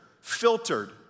filtered